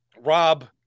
Rob